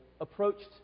approached